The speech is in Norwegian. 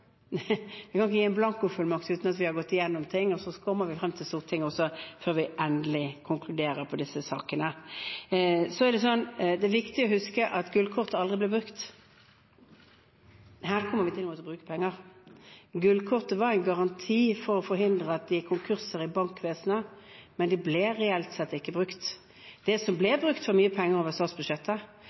Vi kan ikke gi en blankofullmakt uten at vi har gått igjennom ting, og så kommer vi til Stortinget før vi endelig konkluderer i disse sakene. Så er det viktig å huske at gullkortet aldri ble brukt. Her kommer vi til å måtte bruke penger. Gullkortet var en garanti for å forhindre konkurser i bankvesenet, men det ble reelt sett ikke brukt. Det som ble brukt, var mye penger over statsbudsjettet